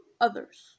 others